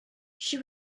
she